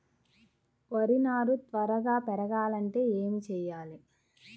వరి నారు త్వరగా పెరగాలంటే ఏమి చెయ్యాలి?